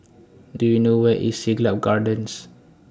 Do YOU know Where IS Siglap Gardens